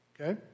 okay